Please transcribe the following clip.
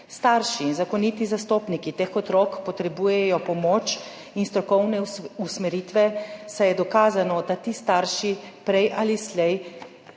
Starši in zakoniti zastopniki teh otrok potrebujejo pomoč in strokovne usmeritve, saj je dokazano, da ti starši prej ali slej